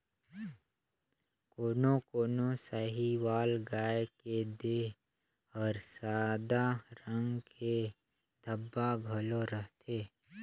कोनो कोनो साहीवाल गाय के देह हर सादा रंग के धब्बा घलो रहथे